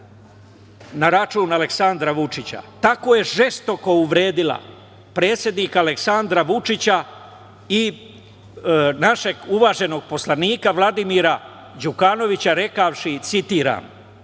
na račun Aleksandra Vučića. Tako je žestoko uvredila predsednika Aleksandra Vučića i našeg uvaženog poslanika Vladimira Đukanovića rekavši, citiram: